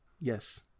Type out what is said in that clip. Yes